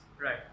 Right